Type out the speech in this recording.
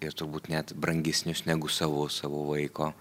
ir turbūt net brangesnius negu savus savo vaiko